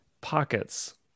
pockets